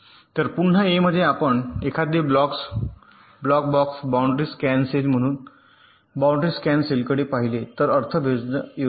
तर पुन्हा ए मध्ये आपण एखादे blog box boundary scan cell म्हणून बाउंड्री स्कॅन सेलकडे पाहिले तर अर्थबद्ध योजना